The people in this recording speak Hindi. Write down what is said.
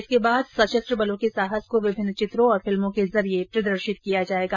इसके बाद सशस्त्र बलो के साहस को विभिन्न चित्रो और फिल्मों के जरिये प्रदर्शित किया जायेगा